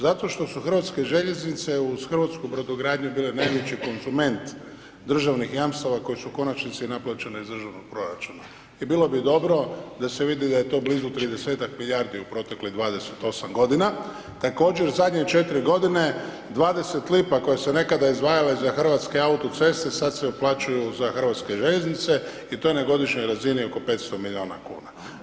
Zato što su hrvatske željeznice uz hrvatsku brodogradnju bile najveći konzument državnih jamstava koje su u konačnici naplaćene iz državnog proračuna i bilo bi dobro da se vidi da je to blizu 30-ak milijardi u proteklih 28 g. Također, zadnje 4 g., 20 lipa koje se nekada izdvajalo za hrvatske autoceste, sad se uplaćuju sa hrvatske željeznice i to na godišnjoj razini oko 500 milijuna kuna.